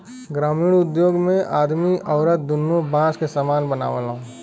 ग्रामिण उद्योग मे आदमी अउरत दुन्नो बास के सामान बनावलन